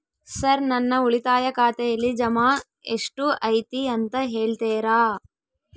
Sir ನನ್ನ ಉಳಿತಾಯ ಖಾತೆಯಲ್ಲಿ ಜಮಾ ಎಷ್ಟು ಐತಿ ಅಂತ ಹೇಳ್ತೇರಾ?